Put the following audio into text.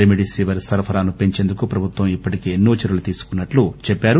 remdesivir సరఫరా ను పెంచేందుకు ప్రభుత్వం ఇప్పటికే ఎన్నో చర్యలు తీసుకున్నట్లు చెప్పారు